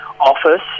office